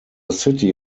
city